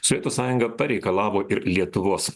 sovietų sąjunga pareikalavo ir lietuvos